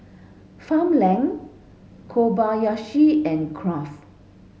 Farmland Kobayashi and Kraft